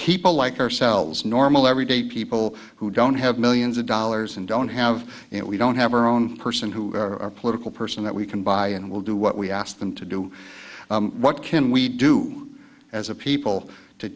people like ourselves normal everyday people who don't have millions of dollars and don't have it we don't have our own person who are political person that we can by and will do what we asked them to do what can we do as a people to